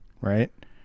right